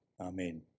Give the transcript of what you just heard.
Amen